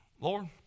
Lord